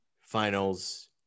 finals